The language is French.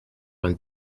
vingt